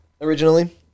originally